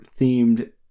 themed